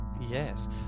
Yes